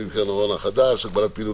עם נגיף הקורונה החדש (הוראת שעה) (הגבלת פעילות